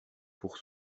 pour